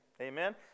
Amen